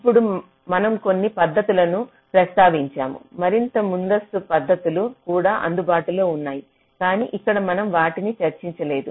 ఇక్కడ మనంకొన్ని పద్ధతులను ప్రస్తావించాము మరింత ముందస్తు పద్ధతులు కూడా అందుబాటులో ఉన్నాయి కానీ ఇక్కడ మనం వాటిని చర్చించలేదు